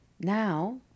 Now